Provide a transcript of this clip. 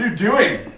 doing?